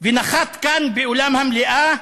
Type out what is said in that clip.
ונחת כאן, באולם המליאה,